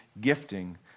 gifting